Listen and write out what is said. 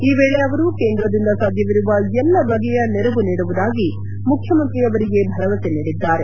ಈ ವೇಳೆ ಅವರು ಕೇಂದ್ರದಿಂದ ಸಾಧ್ಯವಿರುವ ಎಲ್ಲ ಬಗೆಯ ನೆರವು ನೀಡುವುದಾಗಿ ಮುಖ್ಯಮಂತ್ರಿಗೆ ಭರವಸೆ ನೀಡಿದ್ದಾರೆ